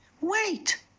Wait